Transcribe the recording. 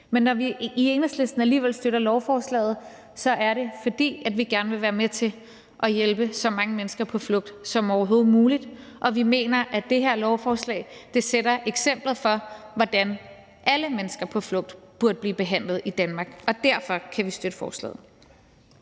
Men når vi i Enhedslisten alligevel støtter lovforslaget, er det, fordi vi gerne vil være med til at hjælpe så mange mennesker på flugt som overhovedet muligt, og vi mener, at det her lovforslag sætter eksemplet for, hvordan alle mennesker på flugt burde blive behandlet i Danmark. Derfor kan vi støtte forslaget.